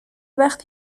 وخت